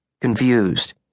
Confused